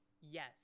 Yes